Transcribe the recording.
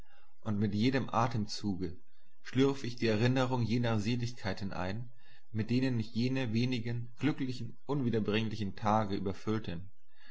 und mit jedem atemzuge schlürfe ich die erinnerung jener seligkeiten ein mit denen mich jene wenigen glücklichen unwiederbringlichen tage überfüllten